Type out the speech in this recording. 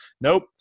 nope